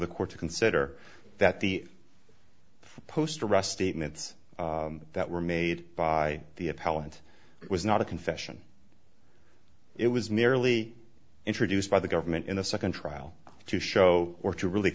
the court to consider that the post arrest statements that were made by the appellant was not a confession it was merely introduced by the government in a second trial to show or to really